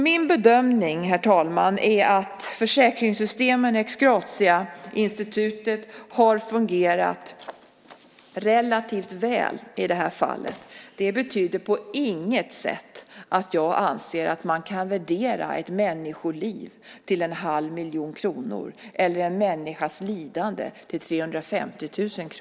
Min bedömning, herr talman, är att försäkringssystemen ex gratia institutet har fungerat relativt väl i det här fallet. Det betyder på inget sätt att jag anser att man kan värdera ett människoliv till en halv miljon kronor eller en människas lidande till 350 000 kr.